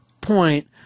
point